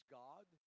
god